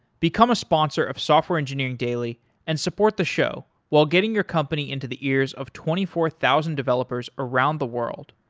become a sponsor of software engineering daily and support the show while getting your company into the ears of twenty four thousand developers around the world.